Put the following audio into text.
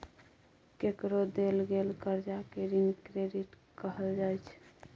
केकरो देल गेल करजा केँ ऋण क्रेडिट कहल जाइ छै